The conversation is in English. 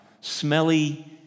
smelly